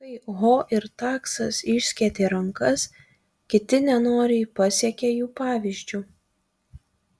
kai ho ir taksas išskėtė rankas kiti nenoriai pasekė jų pavyzdžiu